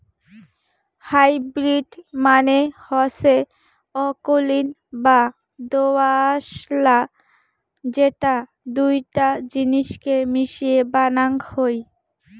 hybrid মানে হসে অকুলীন বা দোআঁশলা যেটা দুইটা জিনিসকে মিশিয়ে বানাং হই